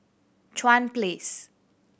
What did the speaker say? Chuan Place